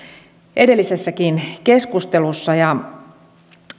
edellisessäkin keskustelussa